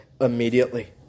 immediately